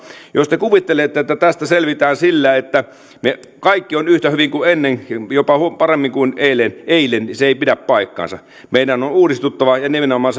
jos te kuvittelette että tästä selvitään sillä että kaikki on yhtä hyvin kuin ennenkin ja jopa paremmin kuin eilen eilen niin se ei pidä paikkaansa meidän on on uudistuttava ja nimenomaan